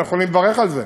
ואנחנו יכולים לברך על זה,